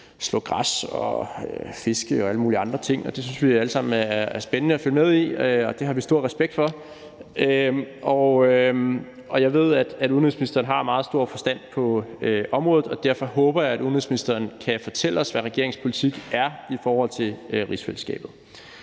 slå græs og fiske og alle mulige andre ting, og det synes vi alle sammen er spændende at følge med i, og det har vi stor respekt for, og jeg ved, at udenrigsministeren har meget stor forstand på området, og derfor håber jeg, at ministeren kan fortælle os, hvad regeringens politik er i forhold til rigsfællesskabet,